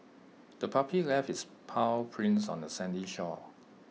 the puppy left its paw prints on the sandy shore